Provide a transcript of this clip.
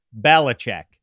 Belichick